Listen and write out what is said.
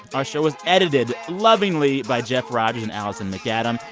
our show was edited lovingly by jeff rogers and alison macadam.